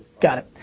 got it.